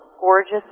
gorgeous